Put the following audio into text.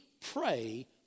pray